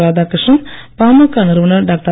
ராதாகிருஷ்ணன் பாமக நிறுவனர் டாக்டர்